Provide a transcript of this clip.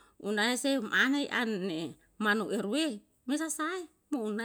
una a ana, wetehu tei una a ana, i epiu ulamehu i eu epe, epe na naloi an. Yan tam wera sahae? Wimten